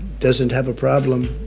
doesn't have a problem.